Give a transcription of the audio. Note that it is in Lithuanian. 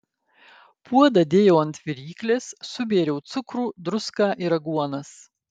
puodą dėjau ant viryklės subėriau cukrų druską ir aguonas